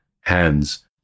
hands